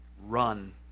run